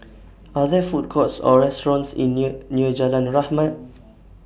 Are There Food Courts Or restaurants in near near Jalan Rahmat